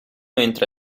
entra